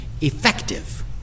effective